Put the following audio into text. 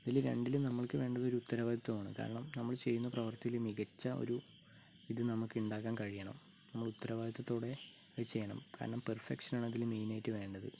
ഇതിൽ രണ്ടിലും നമ്മൾക്ക് വേണ്ടത് ഒരു ഉത്തരവാദിത്വമാണ് കാരണം നമ്മൾ ചെയ്യുന്ന പ്രവർത്തിയിലെ മികച്ച ഒരു ഇത് നമുക്കുണ്ടാക്കാൻ കഴിയണം നമ്മൾ ഉത്തരവാദിത്വത്തോടെ അത് ചെയ്യണം കാരണം പെർഫെക്ഷനാണ് അതിൽ മെയിനായിട്ട് വേണ്ടത്